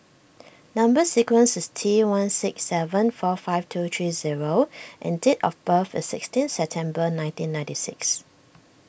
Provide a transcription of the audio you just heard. Number Sequence is T one six seven four five two three zero and date of birth is sixteen September nineteen ninety six